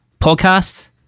Podcast